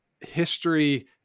history